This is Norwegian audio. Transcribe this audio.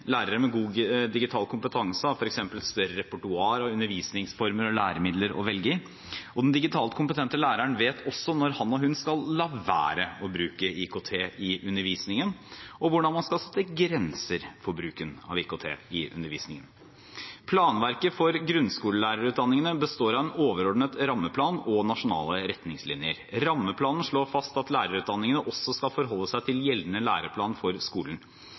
Lærere med god digital kompetanse har f.eks. et større repertoar av undervisningsformer og læremidler å velge i. Den digitalt kompetente læreren vet også når han eller hun skal la være å bruke IKT i undervisningen, og hvordan man skal sette grenser for bruken av IKT i undervisningen. Planverket for grunnskolelærerutdanningene består av en overordnet rammeplan og nasjonale retningslinjer. Rammeplanen slår fast at lærerutdanningene også skal forholde seg til gjeldende læreplan for skolen.